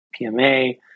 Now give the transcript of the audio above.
PMA